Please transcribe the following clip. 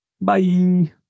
Bye